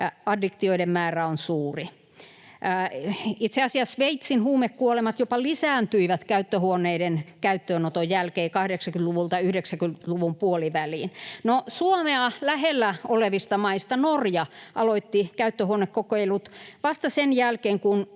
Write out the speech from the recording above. addiktioiden määrä on suuri. Itse asiassa Sveitsin huumekuolemat jopa lisääntyivät käyttöhuoneiden käyttöönoton jälkeen 80-luvulta 90-luvun puoliväliin. [Juho Eerola: Ohhoh!] No, Suomea lähellä olevista maista Norja aloitti käyttöhuonekokeilut vasta sen jälkeen, kun